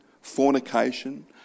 fornication